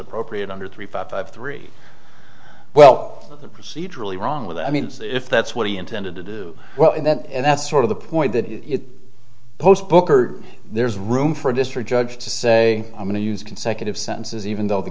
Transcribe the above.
appropriate under three five five three well procedurally wrong with that i mean if that's what he intended to do well and that's sort of the point that post booker there's room for a district judge to say i'm going to use consecutive sentences even though the